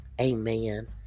amen